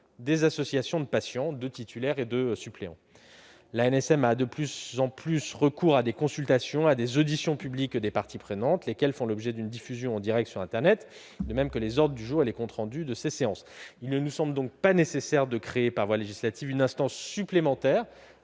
des associations de patients, deux titulaires et deux suppléants. De plus en plus, l'ANSM procède à des consultations et à des auditions publiques des parties prenantes, lesquelles font l'objet d'une diffusion en direct sur internet, de même que les ordres du jour et les comptes rendus de ces séances. Il ne nous semble donc pas nécessaire de créer par voie législative une instance supplémentaire,